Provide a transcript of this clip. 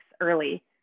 early